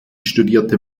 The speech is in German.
studierte